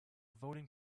voting